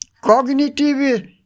cognitive